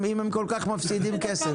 אם הם כל כך מפסידים כסף?